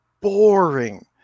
boring